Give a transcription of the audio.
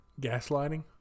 gaslighting